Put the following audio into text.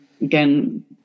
Again